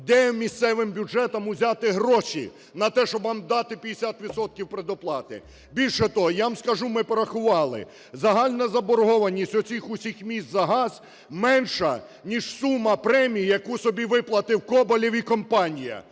Де місцевим бюджетам взяти гроші на те, щоб вам дати 50 відсотків предоплати? Більше того, я вам скажу, ми порахували. Загальна заборгованість оцих усіх міст за газ менша ніж сума премій, яку собі виплативКоболєв і компанія.